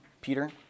Peter